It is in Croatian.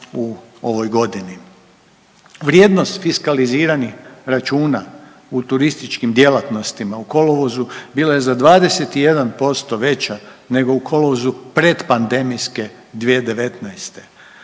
u ovoj godini. Vrijednost fiskaliziranih računa u turističkim djelatnostima u kolovozu bila je za 21% veća nego u kolovozu pretpandemijske 2019.,